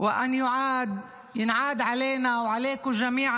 אני מצטרף לברכות,